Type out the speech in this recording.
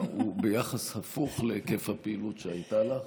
הוא ביחס הפוך להיקף הפעילות שהייתה לך,